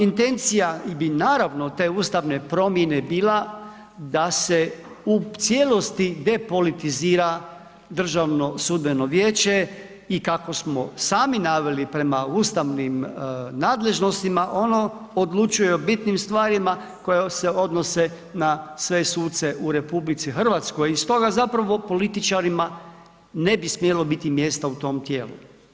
Intencija bi naravno te ustavne promjene bila da se u cijelosti depolitizira DSV i kako smo sami naveli prema ustavnim nadležnostima, ono odlučuje o bitnim stvarima koje se odnose na sve suce u RH i stoga zapravo političarima ne bi smjelo biti mjesta u tom tijelu.